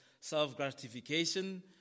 self-gratification